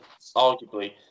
arguably